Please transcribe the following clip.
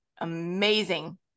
amazing